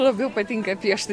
labiau patinka piešti